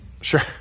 Sure